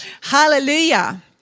Hallelujah